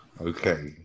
Okay